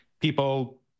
people